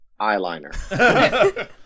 eyeliner